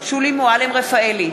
שולי מועלם-רפאלי,